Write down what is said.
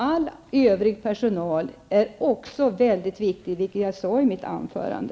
All övrig personal är naturligtvis också väldigt viktig, vilket jag sade i mitt anförande.